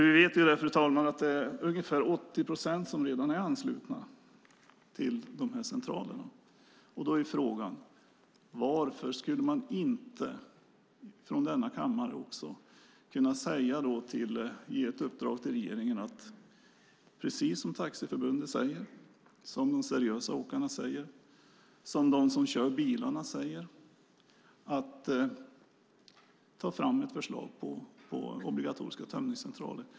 Vi vet, fru talman, att det är ungefär 80 procent som redan är anslutna till de här centralerna. Då är frågan: Varför skulle vi inte från denna kammare kunna ge ett uppdrag till regeringen att, precis som Taxiförbundet säger, som de seriösa åkarna säger, som de som kör bilarna säger, ta fram ett förslag om obligatoriska tömningscentraler?